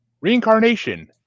Reincarnation